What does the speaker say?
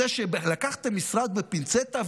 זה שלקחתם משרד בפינצטה,